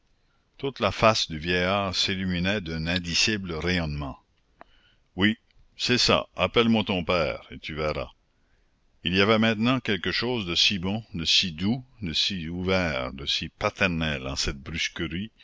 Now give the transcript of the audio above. toute la face du vieillard s'illumina d'un indicible rayonnement oui c'est ça appelle-moi ton père et tu verras il y avait maintenant quelque chose de si bon de si doux de si ouvert de si paternel en cette brusquerie